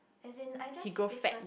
as in I just is the